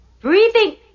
breathing